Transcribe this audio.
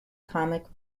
comic